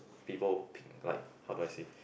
people p~ like how do I say